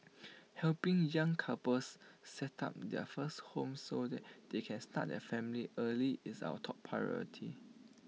helping young couples set up their first home so that they can start their family early is our top priority